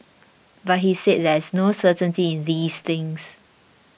but he said there is no certainty in these things